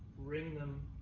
ring them,